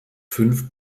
fünf